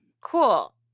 cool